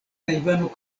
tajvano